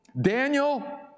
Daniel